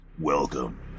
Welcome